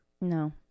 No